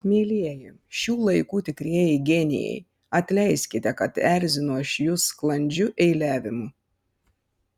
mielieji šių laikų tikrieji genijai atleiskite kad erzinu aš jus sklandžiu eiliavimu